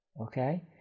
okay